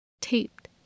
taped